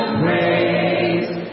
praise